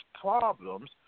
problems